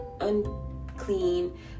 unclean